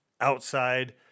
Outside